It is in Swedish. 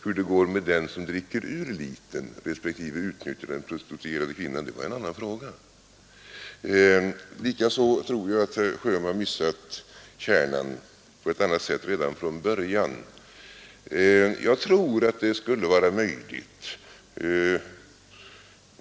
Hur det går med den som dricker ur litern respektive utnyttjar den prostituerade kvinnan är en annan fråga. Likaså tror jag att herr Sjöholm har missat kärnan på ett annat sätt redan från början.